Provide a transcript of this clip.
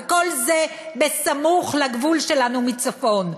וכל זה סמוך לגבול שלנו מצפון.